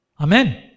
Amen